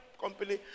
company